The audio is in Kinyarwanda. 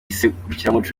serukiramuco